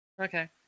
Okay